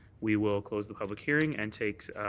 we will close the public hearing and take